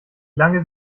lange